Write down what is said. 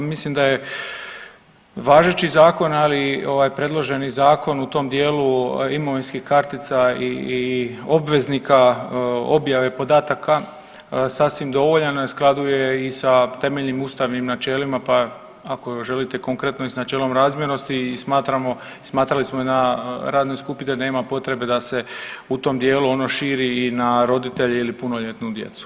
Pa mislim da je važeći zakon, ali i ovaj predloženi zakon u tom dijelu imovinskih kartica i obveznika objave podataka sasvim dovoljan, a u skladu je i sa temeljnim ustavnim načelima, pa ako želite konkretno i s načelom razmjernosti i smatramo i smatrali smo i na radnoj skupini da nema potrebe da se u tom dijelu ono širi i na roditelje ili punoljetnu djecu.